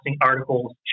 articles